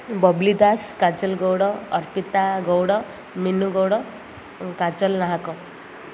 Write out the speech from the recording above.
bubbly Das Kajal Gaud Arpita Gaud Minu Gaud Kajal Nahak